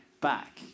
back